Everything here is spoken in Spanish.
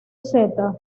seta